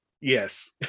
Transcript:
Yes